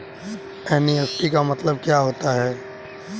NEFT का मतलब क्या होता है?